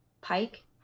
Pike